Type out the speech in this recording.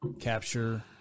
capture